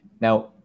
Now